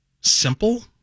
simple